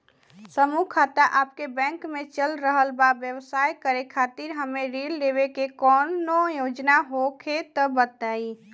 समूह खाता आपके बैंक मे चल रहल बा ब्यवसाय करे खातिर हमे ऋण लेवे के कौनो योजना होखे त बताई?